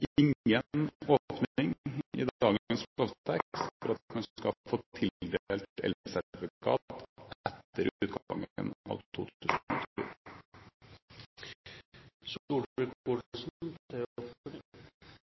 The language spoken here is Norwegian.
ingen åpning i dagens lovtekst for at man skal få tildelt elsertifikat etter utgangen av 2020.